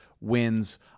wins